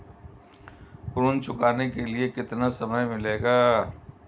ऋण चुकाने के लिए कितना समय मिलेगा?